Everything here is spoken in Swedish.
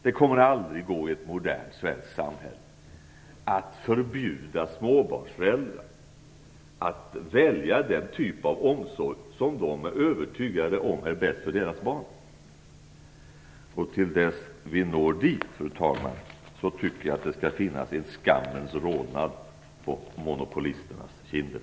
Det kommer aldrig att gå i ett modernt svenskt samhälle att förbjuda småbarnsföräldrar att välja den typ av omsorg som de är övertygade om är bäst för deras barn. Till dess vi når dit, fru talman, tycker jag att det skall finnas en skammens rodnad på monopolisternas kinder.